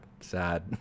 sad